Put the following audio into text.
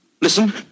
Listen